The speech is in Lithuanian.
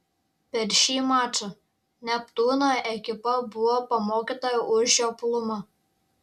per šį mačą neptūno ekipa buvo pamokyta už žioplumą